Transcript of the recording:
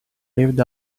lived